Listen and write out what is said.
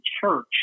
church